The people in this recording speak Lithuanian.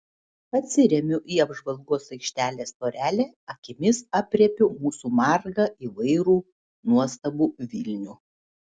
atsiremiu į apžvalgos aikštelės tvorelę akimis aprėpiu mūsų margą įvairų nuostabų vilnių